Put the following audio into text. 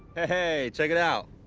hey, check it out!